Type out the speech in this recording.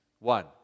One